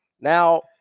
Now